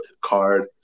card